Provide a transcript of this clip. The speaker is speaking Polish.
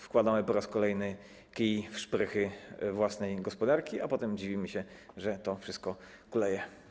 Wkładamy po raz kolejny kij w szprychy własnej gospodarki, a potem dziwimy się, że to wszystko kuleje.